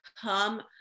come